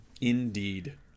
Indeed